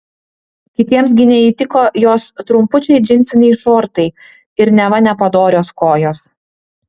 kitiems gi neįtiko jos trumpučiai džinsiniai šortai ir neva nepadorios kojos